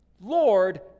Lord